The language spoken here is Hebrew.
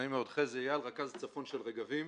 נעים מאוד, חזי אייל, רכז צפון של רגבים.